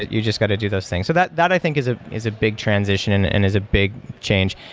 you just got to do those things. that that i think is ah is a big transition and and is a big change.